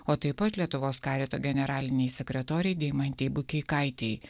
o taip pat lietuvos karito generalinei sekretorei deimantė bukeikaitei